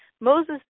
Moses